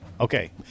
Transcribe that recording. Okay